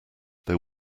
there